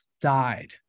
died